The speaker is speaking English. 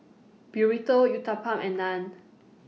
Burrito Uthapam and Naan